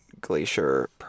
Glacier